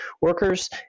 Workers